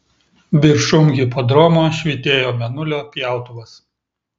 viršum hipodromo švytėjo mėnulio pjautuvas